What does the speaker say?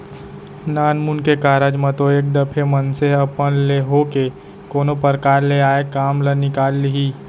नानमुन के कारज म तो एक दफे मनसे ह अपन ले होके कोनो परकार ले आय काम ल निकाल लिही